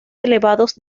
elevados